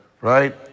Right